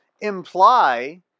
imply